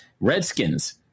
redskins